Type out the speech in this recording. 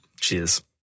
Cheers